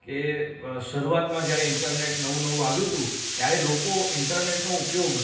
કે શરૂઆતમાં જ્યારે ઈન્ટરનેટ નવું નવું આવ્યું હતું ત્યારે લોકો ઈન્ટરનેટનો ઉપયોગ